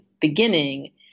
beginning